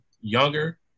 younger –